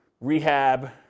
rehab